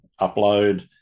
upload